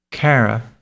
Kara